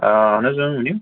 آ اَہَن حظ اۭں ؤنِو